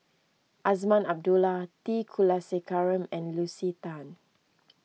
Azman Abdullah T Kulasekaram and Lucy Tan